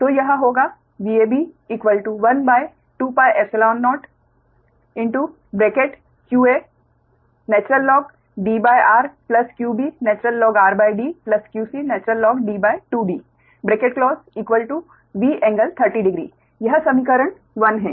तो यह होगा Vab120qa InDrqb Inrd qc InD2D V∟300 यह समीकरण 1 है